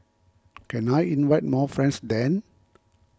can I invite more friends then